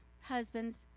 husbands